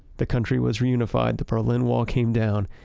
the country was reunified, the berlin wall came down,